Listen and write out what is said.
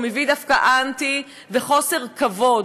והוא מביא דווקא אנטי וחוסר כבוד.